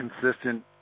consistent